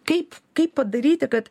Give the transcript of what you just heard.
kaip kaip padaryti kad